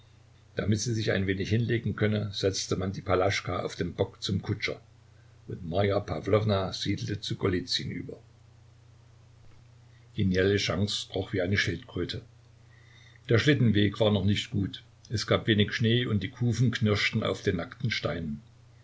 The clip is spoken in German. damit sie sich ein wenig hinlegen könne setzte man die palaschka auf den bock zum kutscher und marja pawlowna siedelte zu golizyn über die neleschance kroch wie eine schildkröte der schlittenweg war noch nicht gut es gab wenig schnee und die kufen knirschten auf den nackten steinen